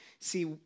See